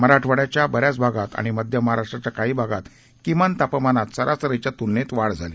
मराठवाड्याच्या बऱ्याच भागात आणि मध्य महाराष्ट्राच्या काही भागात किमान तापमानात सरासरीच्या तूलनेत वाढ झाली